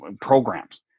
programs